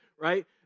right